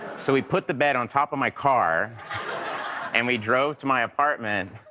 so we put the bed on top of my car and we drove to my apartment,